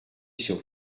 sur